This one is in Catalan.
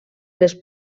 les